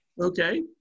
Okay